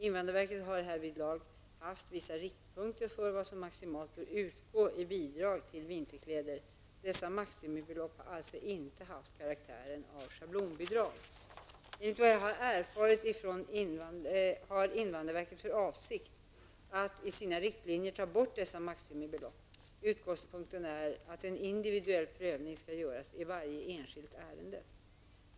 Invandrarverket har härvidlag haft vissa riktpunkter för vad som maximalt bör utgå i bidrag till vinterkläder. Dessa maximibelopp har alltså inte haft karaktär av schablonbidrag. Enligt vad jag erfarit har invandrarverket för avsikt att i sina riktlinjer ta bort dessa maximibelopp. Utgångspunkten är att en individuell prövning skall göras i varje enskilt ärende.